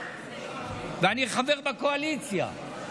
ואני חבר בקואליציה,